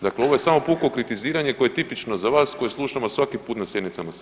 Dakle, ovo je samo puko kritiziranje koje je tipično za vas koje slušamo svaki put na sjednicama [[Upadica: Vrijeme.]] sabora.